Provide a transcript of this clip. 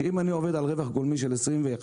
שאם אני עובד על רווח גולמי של 21.5%,